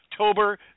October